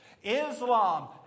Islam